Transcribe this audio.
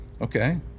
Okay